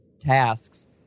tasks